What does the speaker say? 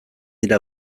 dira